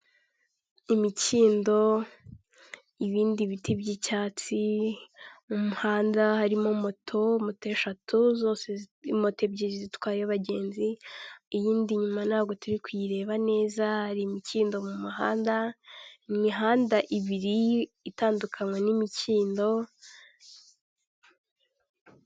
Imikindo n’ibindi biti by’icyatsi biri mu muhanda. Hari moto eshatu, ebyiri zitwaye abagenzi, indi iri inyuma ntituri kuyireba neza. Imihanda ibiri itandukanyijwe n’imikindo.